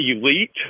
elite